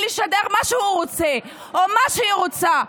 לשדר מה שהוא רוצה או מה שהיא רוצה,